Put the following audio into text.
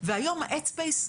שהאיתור היום הוא לא מספק.